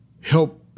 help